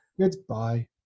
goodbye